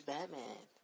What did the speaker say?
Batman